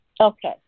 Okay